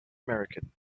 american